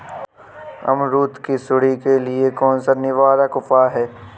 अमरूद की सुंडी के लिए कौन सा निवारक उपाय है?